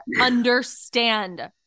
understand